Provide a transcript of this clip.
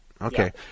okay